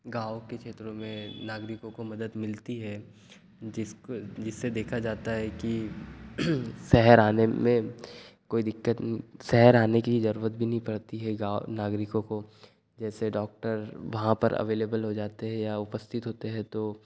गाँव के क्षेत्रों में नागरिकों को मदद मिलती है जिसको जिससे देखा जाता है कि शहर आने में कोई दिक्कत शहर आने की जरूरत भी नहीं पड़ती है गाँव नागरिकों को जैसे डॉक्टर वहाँ पर अवेलेबल हो जाते हैं या उपस्थित होते हैं तो